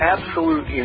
Absolute